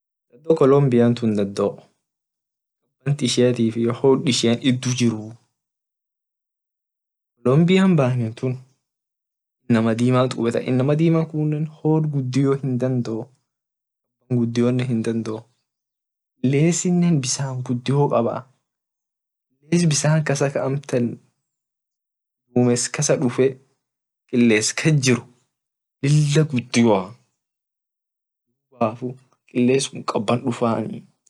Dado colombian tun dado kaban iyo hod ishian diju jirtuu colombian banentun inama dimaa kubetaa inama kunne hod gudio hindadoo kaban gudione hindadoo kilesinne bisan gudio kabaa kiles bisan kasa kaamtan dumes kasa dufee kiles kas jir lila gudioa kiles kun kaban dufani.